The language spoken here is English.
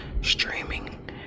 streaming